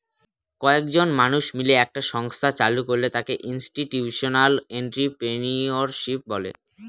কয়েকজন মানুষ মিলে একটা সংস্থা চালু করলে তাকে ইনস্টিটিউশনাল এন্ট্রিপ্রেনিউরশিপ বলে